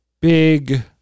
big